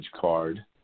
card